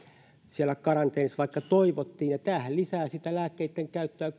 karanteenissa vaikka sitä toivottiin tämähän lisää lääkkeitten käyttöä